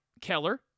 Keller